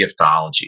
giftology